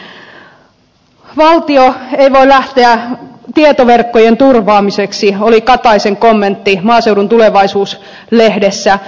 valtio ei voi lähteä toimiin tietoverkkojen turvaamiseksi oli kataisen kommentti maaseudun tulevaisuus lehdessä